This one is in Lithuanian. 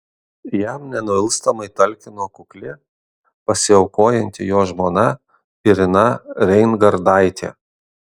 jam nenuilstamai talkino kukli pasiaukojanti jo žmona irina reingardaitė